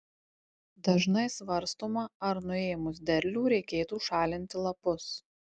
dažnai svarstoma ar nuėmus derlių reikėtų šalinti lapus